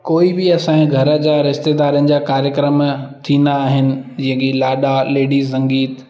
कोई बि असांजे घर जा रिश्तेदारनि जा कार्यक्रम थींदा आहिनि जीअं की लाॾा लेडिस संगीत